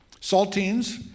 saltines